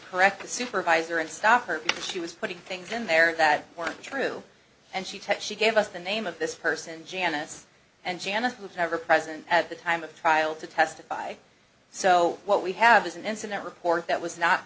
correct the supervisor and stop her because she was putting things in there that weren't true and she tech she gave us the name of this person janice and janice was never present at the time of trial to testify so what we have is an incident report that was not